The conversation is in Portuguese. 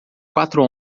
quatro